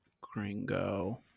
Gringo